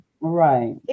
Right